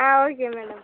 ah okay madam